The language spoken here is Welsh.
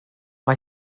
mae